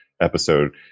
episode